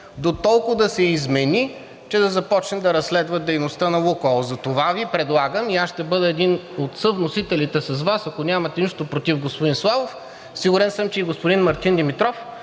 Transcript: дотолкова да се измени, че да започне да разследва дейността на „Лукойл“. Затова Ви предлагам, и аз ще бъда един от съвносителите с Вас, ако нямате нищо против, господин Славов, сигурен съм, че и господин Мартин Димитров